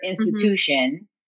institution